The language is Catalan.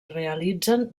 realitzen